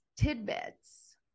tidbits